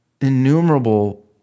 innumerable